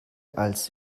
als